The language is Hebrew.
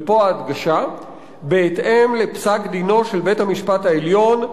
ופה ההדגשה: "בהתאם לפסק-דינו של בית-המשפט העליון,